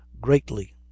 greatly